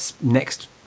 next